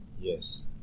Yes